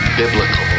biblical